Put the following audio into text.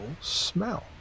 smell